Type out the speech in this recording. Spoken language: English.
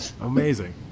Amazing